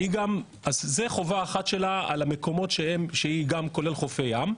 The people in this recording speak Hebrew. זאת חובה אחת שלה על מקומות, כולל חופי ים.